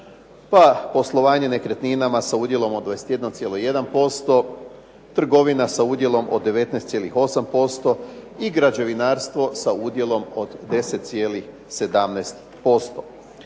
pa poslovanje nekretninama sa udjelom od 21,1%, trgovina sa udjelom od 19,8% i građevinarstvo sa udjelom od 10,17%.